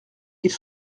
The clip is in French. ils